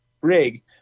rig